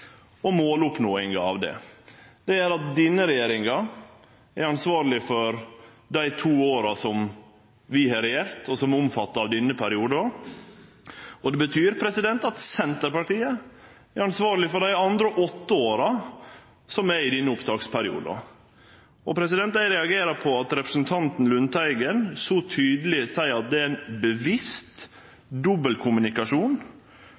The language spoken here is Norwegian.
og måloppnåinga. Det gjer at denne regjeringa er ansvarleg for dei to åra som vi har regjert, og som omfattar denne perioden. Og det betyr at Senterpartiet er ansvarleg for dei andre åtte åra i perioden. Eg reagerer på at representanten Lundteigen så tydeleg seier at det er bevisst dobbeltkommunikasjon frå departementet over tid, og at departementet på bakgrunn av det må skjerpe seg. Ein